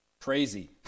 crazy